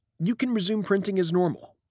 you can resume printing as normal.